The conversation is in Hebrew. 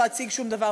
לא אציג שום דבר,